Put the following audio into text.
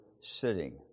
sitting